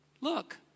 look